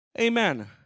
Amen